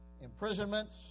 imprisonments